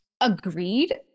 agreed